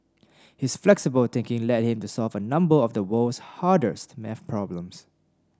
his flexible thinking led him to solve a number of the world's hardest maths problems